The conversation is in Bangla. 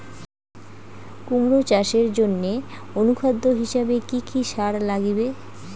কুমড়া চাষের জইন্যে অনুখাদ্য হিসাবে কি কি সার লাগিবে?